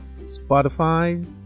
Spotify